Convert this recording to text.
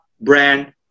brand